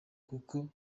kuko